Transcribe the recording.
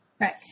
Right